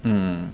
yeah